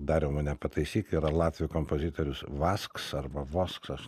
dariau mane pataisyk yra latvių kompozitorius vasks arba vosksas